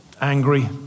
angry